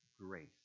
grace